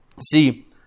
See